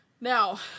Now